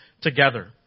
together